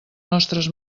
nostres